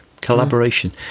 collaboration